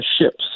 ships